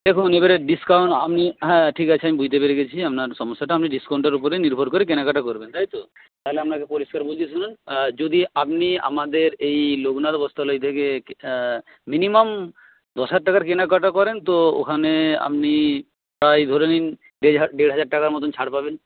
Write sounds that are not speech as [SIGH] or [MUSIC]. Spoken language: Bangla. দেখুন এবারে ডিসকাউন্ট আপনি হ্যাঁ ঠিক আছে আমি বুঝতে পেরে গেছি আপনার সমস্যাটা আপনি ডিসকাউন্টের ওপরে নির্ভর করে কেনাকাটা করবেন তাই তো তাহলে আপনাকে পরিষ্কার বলছি শুনুন যদি আপনি আমাদের এই লোকনাথ বস্ত্রালয় থেকে মিনিমাম দশ হাজার টাকার কেনাকাটা করেন তো ওখানে আপনি প্রায় ধরে নিন দেড় [UNINTELLIGIBLE] দেড় হাজার টাকার মতোন ছাড় পাবেন